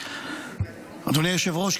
אדוני היושב-ראש,